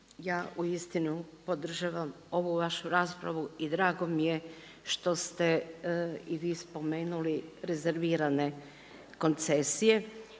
ja uistinu podržavam ovu vašu raspravu i drago mi je što ste i vi spomenuli rezervirane koncesije